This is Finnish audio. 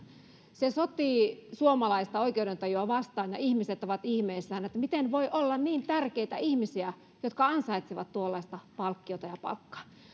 se sotii suomalaista oikeudentajua vastaan ja ihmiset ovat ihmeissään että miten voi olla niin tärkeitä ihmisiä että he ansaitsevat tuollaista palkkiota ja palkkaa